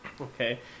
Okay